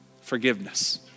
Forgiveness